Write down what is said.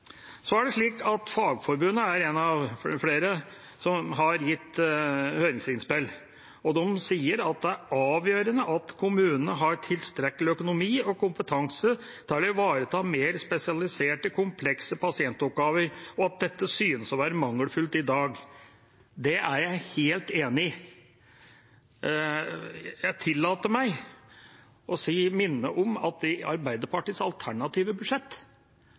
Fagforbundet er en av flere som har gitt høringsinnspill. De sier at det er avgjørende at kommunene har tilstrekkelig økonomi og kompetanse til å ivareta mer spesialiserte, komplekse pasientoppgaver, og at dette synes å være mangelfullt i dag. Det er jeg helt enig i. Jeg tillater meg å minne om at i Arbeiderpartiets alternative budsjett